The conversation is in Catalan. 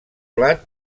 plat